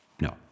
no